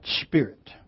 spirit